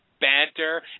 banter